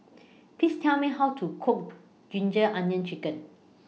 Please Tell Me How to Cook Ginger Onions Chicken